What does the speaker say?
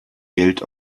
geld